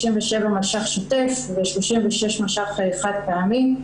37 מיליון שקל שוטף ו-36 מיליון שקל חד פעמי.